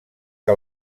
que